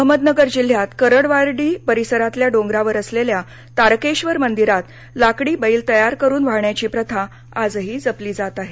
अहमदनगर जिल्ह्यात करडवाडी परिसरातल्या डोंगरावर असलेल्या तारकेश्वर मंदिरात लाकडी बैल तयार करून वाहण्याची प्रथा आजही जपली जात आहे